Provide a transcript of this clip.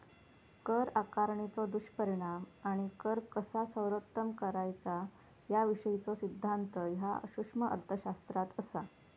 कर आकारणीचो दुष्परिणाम आणि कर कसा सर्वोत्तम करायचा याविषयीचो सिद्धांत ह्या सूक्ष्म अर्थशास्त्रात असा